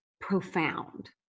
profound